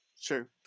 Sure